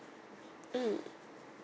mm